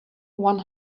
one